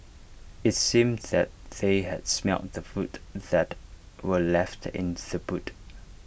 IT seemed that they had smelt the food that were left in the boot